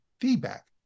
feedback